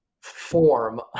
form